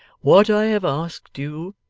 what i have asked you,